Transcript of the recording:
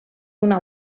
una